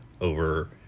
over